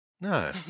No